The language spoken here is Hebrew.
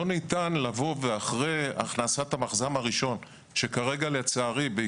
לא ניתן אחרי הכנסת המכז"מ הראשון שכרגע לצערי,